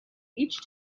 each